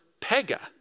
pega